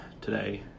today